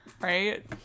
right